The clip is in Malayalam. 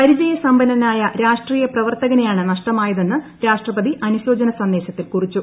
പരിചയ സമ്പന്നനായ രാഷ്ട്രീയ പ്രവർത്തകനെയാണ് നഷ്ടമായതെന്ന് രാഷ്ട്രപതി അനുശോചന സന്ദേശത്തിൽ കുറിച്ചു